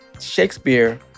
Shakespeare